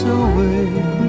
away